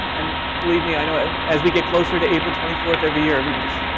and believe me i know as we get closer to april twenty fourth every year everybody is,